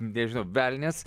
nežinau velnias